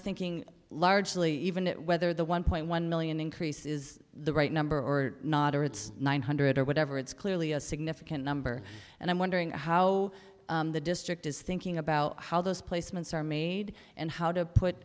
thinking largely even whether the one point one million increase is the right number or not or it's nine hundred or whatever it's clearly a significant number and i'm wondering how the district is thinking about how those placements are made and how to